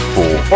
Four